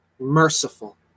merciful